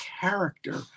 character